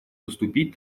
поступить